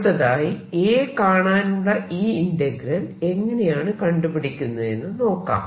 അടുത്തതായി A കാണാനുള്ള ഈ ഇന്റഗ്രൽ എങ്ങനെയാണ് കണ്ടുപിടിക്കുന്നതെന്നു നോക്കാം